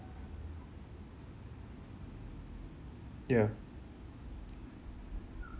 ya